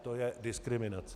To je diskriminace!